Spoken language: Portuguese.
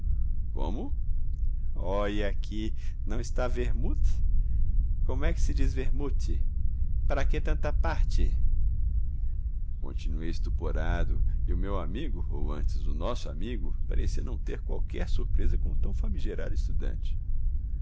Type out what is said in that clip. como óie aqui não está vermouth como é que se diz vermute pra que tanta parte continuei estuporado e o meu amigo ou antes o nosso amigo parecia não ter qualquer surpresa com tão famigerado estudante